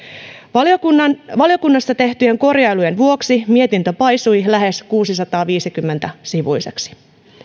valiokunnassa tehtyjen korjailujen vuoksi mietintö paisui lähes kuusisataaviisikymmentä sivuiseksi